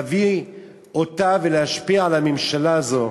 להביא אותה ולהשפיע על הממשלה הזאת,